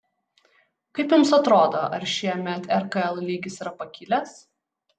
kaip jums atrodo ar šiemet rkl lygis yra pakilęs